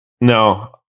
No